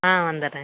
ஆ வந்துடுறேன்